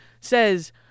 says